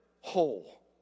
whole